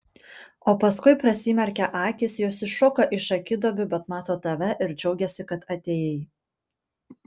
o paskui prasimerkia akys jos iššoka iš akiduobių bet mato tave ir džiaugiasi kad atėjai